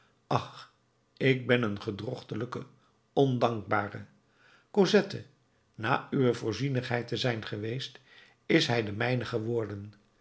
ach ik ben een gedrochtelijke ondankbare cosette na uwe voorzienigheid te zijn geweest is hij de mijne geworden